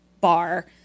bar